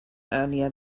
earlier